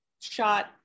shot